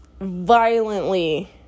violently